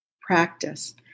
practice